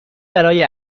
برای